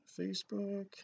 Facebook